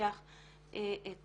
שיבטיח את